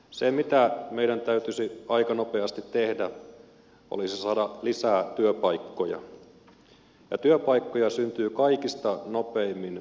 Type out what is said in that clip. se mitä meidän täytyisi aika nopeasti tehdä olisi saada lisää työpaikkoja ja työpaikkoja syntyy kaikista nopeimmin palvelualoille